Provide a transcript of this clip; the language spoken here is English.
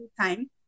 time